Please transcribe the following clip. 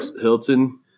Hilton